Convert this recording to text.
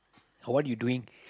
what're you doing